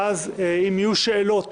ואז אם יהיו שאלות